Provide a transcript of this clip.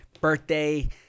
birthday